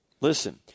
Listen